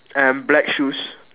and black shoes